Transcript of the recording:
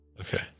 Okay